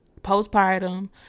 Postpartum